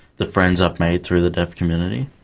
the friends i've made through the deaf community.